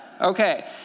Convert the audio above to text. okay